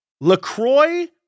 LaCroix